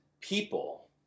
people